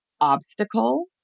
obstacle